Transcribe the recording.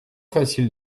facile